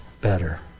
better